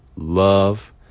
Love